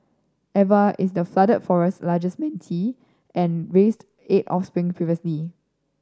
Eva is the Flooded Forest largest manatee and raised eight offspring previously